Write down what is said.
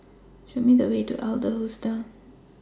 Show Me The Way to Adler Hostel